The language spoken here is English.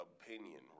opinion